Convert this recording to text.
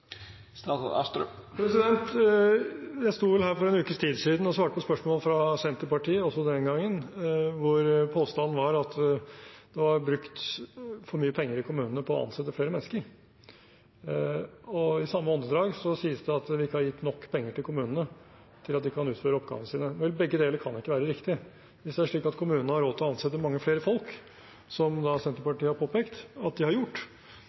Jeg sto vel her for en ukes tid siden og svarte på spørsmål fra Senterpartiet også den gangen, da påstanden var at det var brukt for mye penger i kommunene på å ansette flere mennesker. I samme åndedrag sies det at man ikke har gitt nok penger til kommunene til at de kan utføre oppgavene sine. Begge deler kan ikke være riktig. Hvis kommunene har råd til å ansette mange flere mennesker, som Senterpartiet har påpekt at de har gjort,